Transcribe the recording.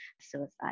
suicide